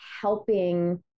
helping